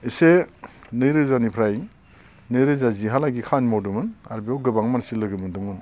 एसे नैरोजानिफ्राय नैरोजा जिहालागि खामानि मावदोंमोन आरो बेयाव गोबां मानसि लोगो मोनदोंमोन